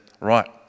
Right